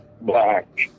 black